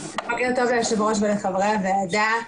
ליושב-ראש ולחברי הוועדה.